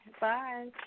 Bye